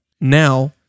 now